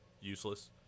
useless